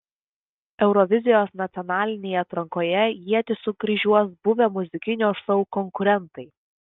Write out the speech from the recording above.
eurovizijos nacionalinėje atrankoje ietis sukryžiuos buvę muzikinio šou konkurentai